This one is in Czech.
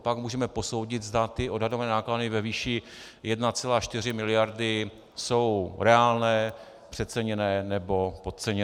Pak můžeme posoudit, zda odhadované náklady ve výši 1,4 mld. jsou reálné, přeceněné nebo podceněné.